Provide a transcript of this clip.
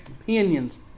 Opinions